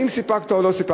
האם סיפקת או לא סיפקת.